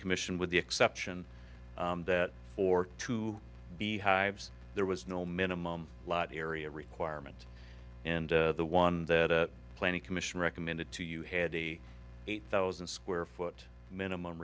commission with the exception that for to be hives there was no minimum lot area requirement and the one that the planning commission recommended to you had a eight thousand square foot minimum